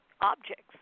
objects